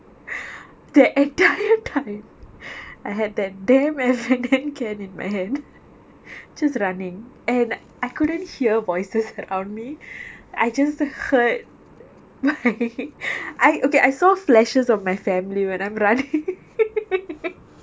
that entire time I had that damn F&N can in my hand just running and I couldn't hear voices around me I just heard I okay I saw flashes of my family when I'm running